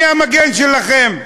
אני המגן שלכם.